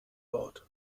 wort